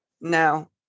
No